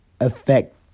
affect